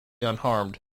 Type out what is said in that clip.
unharmed